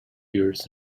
years